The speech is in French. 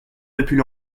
depuis